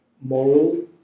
moral